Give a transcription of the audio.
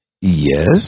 Yes